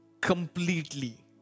completely